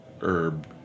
herb